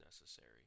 necessary